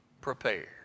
prepared